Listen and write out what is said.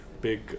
big